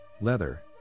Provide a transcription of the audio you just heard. leather